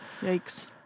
Yikes